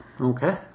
Okay